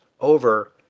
over